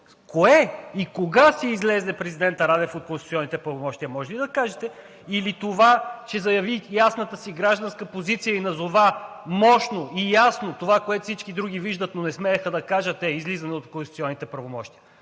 кое и кога си излезе президентът Радев от конституционните правомощия? Може ли да кажете? Или това, че заяви ясната си гражданска позиция и назова мощно и ясно това, което всички други виждат, но не смееха да кажат, е излизане от конституционните правомощия?